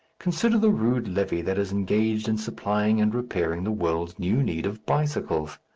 consider the rude levy that is engaged in supplying and repairing the world's new need of bicycles!